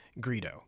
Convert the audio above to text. Greedo